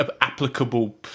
Applicable